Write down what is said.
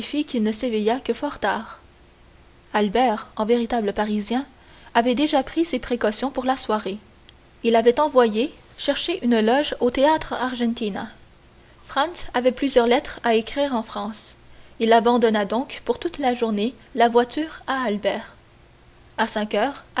qui fit qu'il ne s'éveilla que fort tard albert en véritable parisien avait déjà pris ses précautions pour la soirée il avait envoyé chercher une loge au théâtre argentina franz avait plusieurs lettres à écrire en france il abandonna donc pour toute la journée la voiture à albert à cinq heures